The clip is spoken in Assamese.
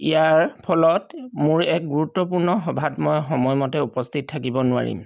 ইয়াৰ ফলত মোৰ এক গুৰুত্বপূৰ্ণ সভাত মই সময়মতে উপস্থিত থাকিব নোৱাৰিম